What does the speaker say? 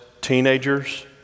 teenagers